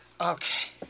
Okay